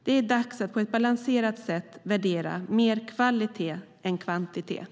Det är dags att på ett balanserat sätt mer värdera kvalitet än kvantitet.